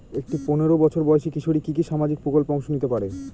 একটি পোনেরো বছর বয়সি কিশোরী কি কি সামাজিক প্রকল্পে অংশ নিতে পারে?